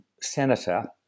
senator